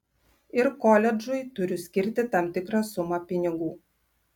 ir koledžui turiu skirti tam tikrą sumą pinigų